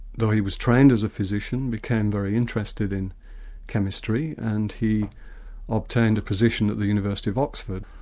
though he was trained as a physician, became very interested in chemistry and he obtained a position at the university of oxford.